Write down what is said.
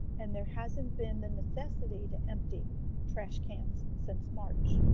and there hasn't been the necessity to empty trash cans since march